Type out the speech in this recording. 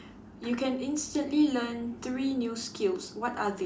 you can instantly learn three new skills what are they